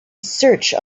search